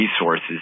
resources